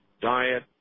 diet